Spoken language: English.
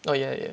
oh yeah yeah